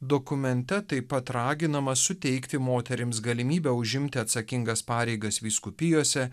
dokumente taip pat raginama suteikti moterims galimybę užimti atsakingas pareigas vyskupijose